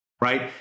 right